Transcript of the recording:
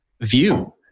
view